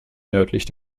nördlich